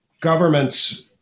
governments